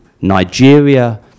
Nigeria